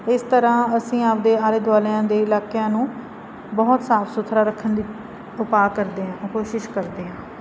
ਇਸ ਤਰ੍ਹਾਂ ਅਸੀਂ ਆਪਦੇ ਆਲੇ ਦੁਆਲਿਆਂ ਦੇ ਇਲਾਕਿਆਂ ਨੂੰ ਬਹੁਤ ਸਾਫ ਸੁਥਰਾ ਰੱਖਣ ਦੀ ਉਪਾਅ ਕਰਦੇ ਹਾਂ ਕੋਸ਼ਿਸ਼ ਕਰਦੇ ਹਾਂ